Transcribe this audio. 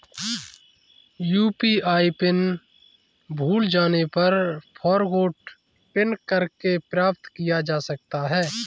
UPI pin भूल जाने पर फ़ॉरगोट पिन करके प्राप्त किया जा सकता है